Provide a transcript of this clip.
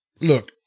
look